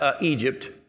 Egypt